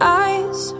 eyes